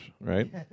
right